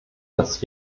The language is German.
das